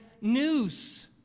news